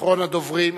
אחרון הדוברים.